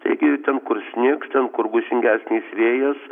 taigi ten kur snigs ten kur gūsingesnis vėjas